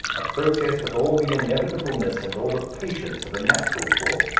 a process with all the inevitableness and all the patience of a natural force,